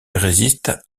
résiste